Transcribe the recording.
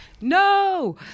No